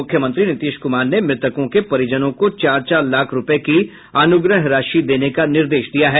मुख्यमंत्री नीतीश कुमार ने मृतकों के परिजनों को चार चार लाख रूपये की अनुग्रह राशि देने का निर्देश दिया है